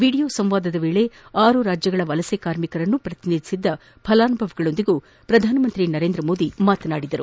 video ಸಂವಾದದ ವೇಳೆ ಆರು ರಾಜ್ಯಗಳ ವಲಸೆ ಕಾರ್ಮಿಕರನ್ನು ಪ್ರತಿನಿಧಿಸಿದ್ದ ಫಲಾನುಭವಿಗಳೊಂದಿಗೂ ಸಹ ಪ್ರಧಾನಮಂತ್ರಿ ಮಾತನಾಡಿದರು